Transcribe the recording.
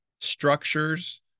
structures